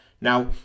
Now